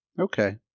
Okay